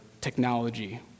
technology